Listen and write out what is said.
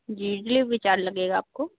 जी delivery charge लगेगा आपको